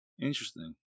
Interesting